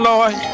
Lord